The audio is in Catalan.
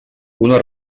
una